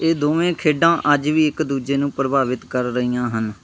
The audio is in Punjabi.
ਇਹ ਦੋਵੇਂ ਖੇਡਾਂ ਅੱਜ ਵੀ ਇੱਕ ਦੂਜੇ ਨੂੰ ਪ੍ਰਭਾਵਿਤ ਕਰ ਰਹੀਆਂ ਹਨ